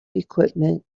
equipment